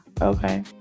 Okay